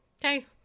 Okay